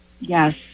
Yes